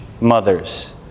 mothers